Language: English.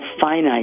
finite